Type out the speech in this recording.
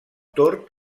tord